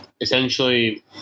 essentially